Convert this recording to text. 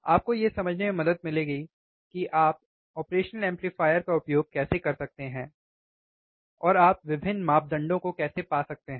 आपको यह समझने में मदद मिलेगी कि आप ऑपरेशनल एम्पलीफायर का उपयोग कैसे कर सकते हैं और आप विभिन्न मापदंडों को कैसे पा सकते हैं